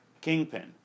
Kingpin